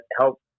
help